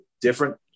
different